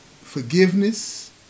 forgiveness